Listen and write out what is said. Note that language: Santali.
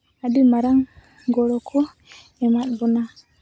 ᱟᱹᱰᱤ ᱢᱟᱨᱟᱝ ᱜᱚᱲᱚ ᱠᱚ ᱮᱢᱟᱫ ᱵᱚᱱᱟ